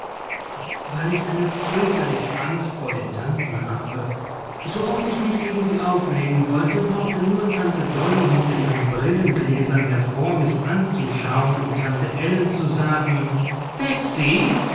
weil ich eine fürchterliche angst vor den tanten habe so oft ich mich gegen sie auflehnen wollte brauchte nur tante dolly hinter ihren brillengläsern hervor mich anzuschauen und tante ellen zu sagen